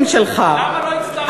למה לא הצטרפת?